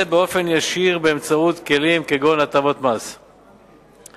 באופן ישיר באמצעות כלים כגון הטבות מס ומענקים.